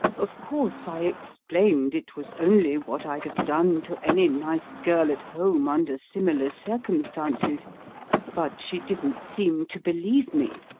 of course, i explained it was only what i'd have done to any nice girl at home under similar circumstances but she didn't seem to believe me.